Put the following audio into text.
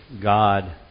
God